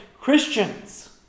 Christians